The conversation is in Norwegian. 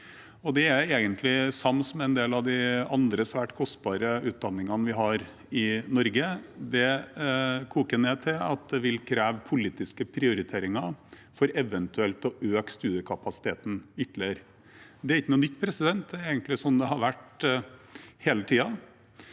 egentlig sams med en del av de andre svært kostbare utdanningene vi har i Norge. Det koker ned til at det vil kreve politiske prioriteringer for eventuelt å øke studiekapasiteten ytterligere. Det er ikke noe nytt. Det er egentlig sånn det har vært hele tiden.